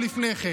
לא,